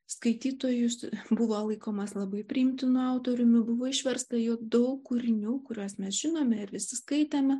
skaitytojus buvo laikomas labai priimtinu autoriumi buvo išversta jo daug kūrinių kuriuos mes žinome ir visi skaitėme